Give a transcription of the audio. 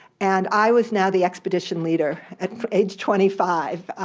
and i was now the expedition leader at age twenty five,